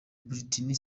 britney